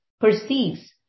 perceives